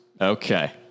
Okay